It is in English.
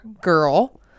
girl